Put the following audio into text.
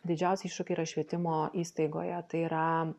didžiausi iššūkiai yra švietimo įstaigoje tai yra